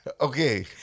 okay